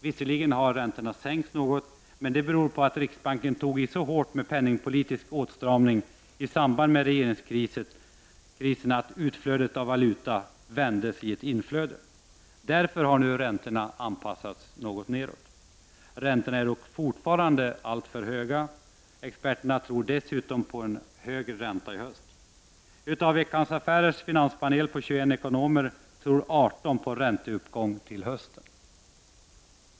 Visserligen har de sänkts något, men detta beror på att riksbanken tog i så hårt med penningpolitisk åtstramning i samband med regeringskrisen att utflödet av valuta vändes i ett inflöde. Därför har nu räntorna anpassats något nedåt. Räntorna är dock fortfarande alltför höga. Experterna tror dessutom på högre ränta i höst. Av Veckans Affärers finanspanel på 21 ekonomer tror 18 på ränteuppgång till hösten.